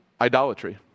idolatry